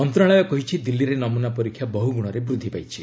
ମନ୍ତ୍ରଣାଳୟ କହିଛି ଦିଲ୍ଲୀରେ ନମୁନା ପରୀକ୍ଷା ବହୁଗୁଣରେ ବୃଦ୍ଧି ପାଇଛି